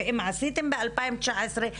ואם עשיתם ב-2019,